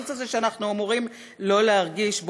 הקיצוץ הזה שאנחנו אמורים לא להרגיש בו.